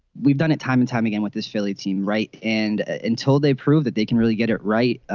we've done it time and time again with this philly team right. and until they prove that they can really get it right.